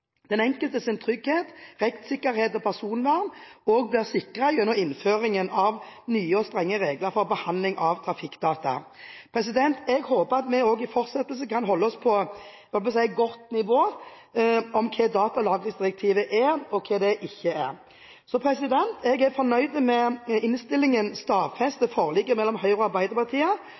Den enkeltes trygghet, rettssikkerhet og personvern blir også sikret gjennom innføringen av nye og strenge regler for behandling av trafikkdata. Jeg håper at vi også i fortsettelsen kan holde oss på et godt nivå når vi diskuterer hva datalagringsdirektivet er og ikke er. Jeg er fornøyd med at innstillingen stadfester forliket mellom Høyre og Arbeiderpartiet.